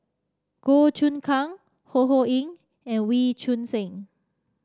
Goh Choon Kang Ho Ho Ying and Wee Choon Seng